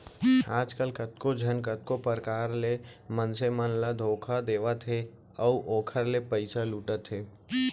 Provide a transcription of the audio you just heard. आजकल कतको झन कतको परकार ले मनसे मन ल धोखा देवत हे अउ ओखर ले पइसा लुटत हे